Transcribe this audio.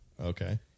Okay